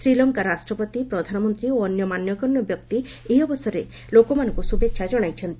ଶ୍ରୀଲଙ୍କା ରାଷ୍ଟ୍ରପତି ପ୍ରଧାନମନ୍ତ୍ରୀ ଓ ଅନ୍ୟ ମାନ୍ୟଗଣ୍ୟ ବ୍ୟକ୍ତି ଏହି ଅବସରରେ ଲୋକମାନଙ୍କୁ ଶୁଭେଚ୍ଛା ଜଣାଇଛନ୍ତି